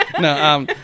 No